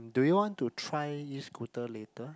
do you want to try E-Scooter later